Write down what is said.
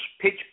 pitch